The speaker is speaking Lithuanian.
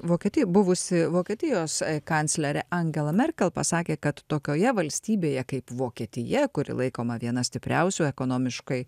vokietijoj buvusi vokietijos kanclerė angela merkel pasakė kad tokioje valstybėje kaip vokietija kuri laikoma viena stipriausių ekonomiškai